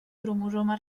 cromosoma